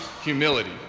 humility